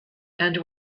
and